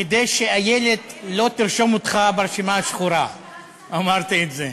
כדי שאיילת לא תרשום אותך ברשימה השחורה אמרתי את זה,